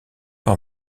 par